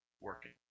working